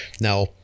Now